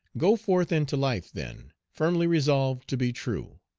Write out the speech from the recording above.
go forth into life, then, firmly resolved to be true,